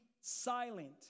silent